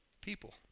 People